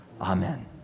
Amen